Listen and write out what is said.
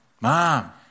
Mom